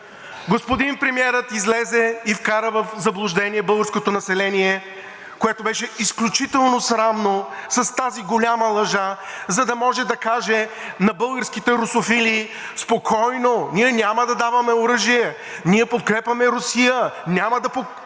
Господин премиерът излезе и вкара в заблуждение българското население, което беше изключително срамно, с тази голяма лъжа, за да може да каже на българските русофили: „Спокойно, ние няма да даваме оръжие. Ние подкрепяме Русия. Няма да